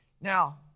Now